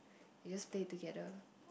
you just stay together